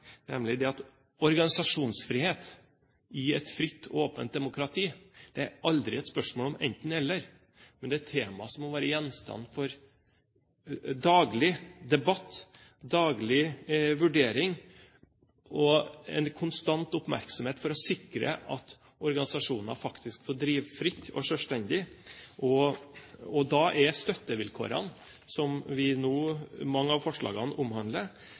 at organisasjonsfrihet i et fritt og åpent demokrati aldri er et spørsmål om enten–eller. Det er et tema som må være gjenstand for daglig debatt, daglig vurdering og konstant oppmerksomhet for å sikre at organisasjoner faktisk får drive fritt og selvstendig. Da er støttevilkårene, som mange av forslagene nå omhandler,